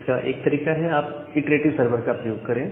इसका एक तरीका यह है कि आप इटरेटिव सर्वर का प्रयोग करें